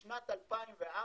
בשנת 2004,